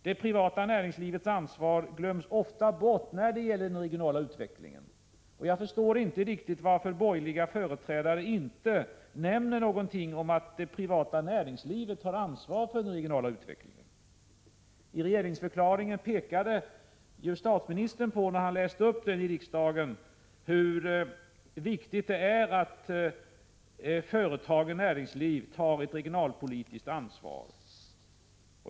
Det privata näringslivets ansvar glöms ofta bort när det gäller den regionala utvecklingen. Jag förstår inte riktigt varför borgerliga företrädare inte nämner någonting om att det privata näringslivet tar ansvar för den regionala utvecklingen. När statsministern läste upp regeringsförklaringen i riksdagen pekade han på hur viktigt det är att företag och näringsliv tar ett regionalpolitiskt ansvar.